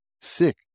sick